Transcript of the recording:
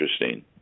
interesting